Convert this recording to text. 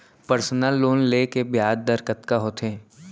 Personal loan ले के ब्याज दर कतका होथे?